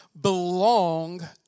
belong